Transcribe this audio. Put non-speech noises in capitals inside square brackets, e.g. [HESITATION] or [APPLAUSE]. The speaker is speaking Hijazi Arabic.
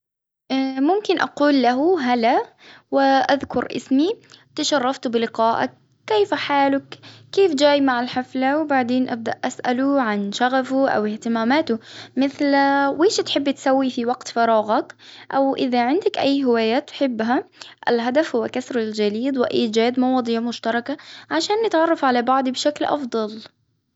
اه [HESITATION] ممكن أقول له هلا وأذكر إسمي تشرفت بلقاءك، كيف حالك؟ كيف جاي مع الحفلة؟ وبعدين أبدأ أسأله عن شغفه أو إهتماماته، مثل [HESITATION] وش تحبي تسويه في وقت فراغك؟ أو إذا عندك أي هواية تحبها، الهدف هو كسر جليد وإيجاد مواضيع مشتركة عشان نتعرف على بعض بشكل افضل.